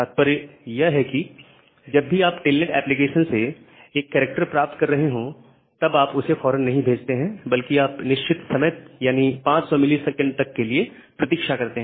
तात्पर्य यह है कि जब भी आप टेलनेट एप्लीकेशन से एक कैरेक्टर प्राप्त कर रहे हो तब आप इसे फौरन नहीं भेजते हैं बल्कि आप एक निश्चित समय यानी 500 ms तक के लिए प्रतीक्षा करते हैं